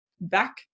back